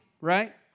right